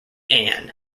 ann